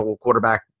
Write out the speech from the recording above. quarterback